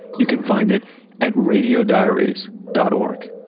you can find it at radiodiaries dot org.